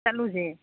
ꯆꯠꯂꯨꯁꯦ